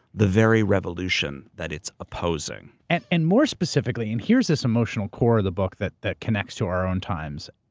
the very revolution that it's opposing. and and more specifically, and here's this emotional core of the book that that connects to our own times,